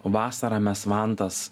vasarą mes vantas